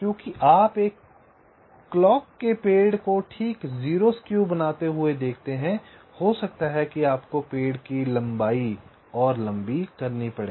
क्योंकि आप एक क्लॉक के पेड़ को ठीक 0 स्क्यू बनाते हुए देखते हैं हो सकता है कि आपको पेड़ की लंबाई लंबी करनी पड़े